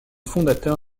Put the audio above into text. fondateur